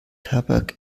tabak